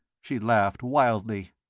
she laughed wildly.